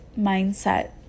mindset